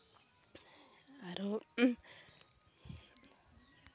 ᱟᱨᱚ